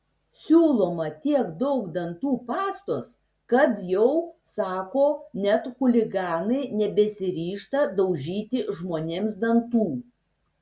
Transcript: siūloma tiek daug dantų pastos kad jau sako net chuliganai nebesiryžta daužyti žmonėms dantų